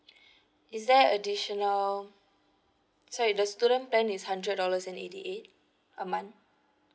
is there additional sorry the student plan is hundred dollars and eighty eight a month